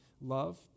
Love